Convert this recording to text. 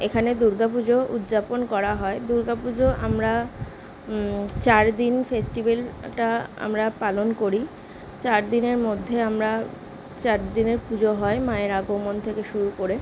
এখানে দুর্গা পুজো উদ্যাপন করা হয় দুর্গা পুজো আমরা চার দিন ফেস্টিভ্যালটা আমরা পালন করি চার দিনের মধ্যে আমরা চার দিনে পুজো হয় মায়ের আগমন থেকে শুরু করে